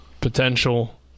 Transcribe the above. potential